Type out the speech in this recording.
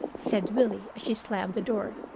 said willie, as she slammed the door.